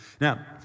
Now